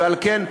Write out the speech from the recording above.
ועל כן,